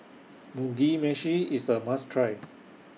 Mugi Meshi IS A must Try